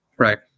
Right